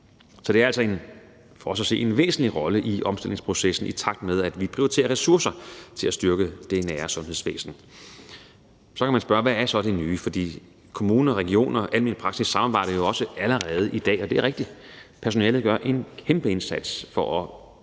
Så det har altså for os at se en væsentlig rolle i omstillingsprocessen, i takt med at vi prioriterer ressourcer til at styrke det nære sundhedsvæsen. Så kan man spørge: Hvad er så det nye? For kommuner, regioner og almen praksis samarbejder jo også allerede i dag. Og det er rigtigt; personalet gør en kæmpe indsats for at